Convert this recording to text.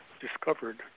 discovered